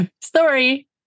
story